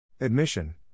Admission